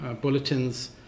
bulletins